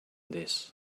this